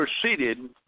proceeded